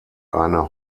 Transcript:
eine